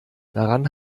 daran